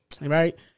Right